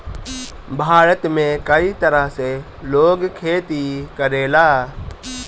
भारत में कई तरह से लोग खेती करेला